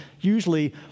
usually